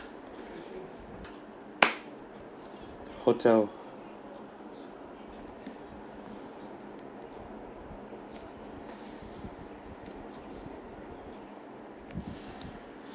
hotel